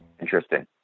Interesting